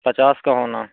पचास का होना